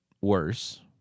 worse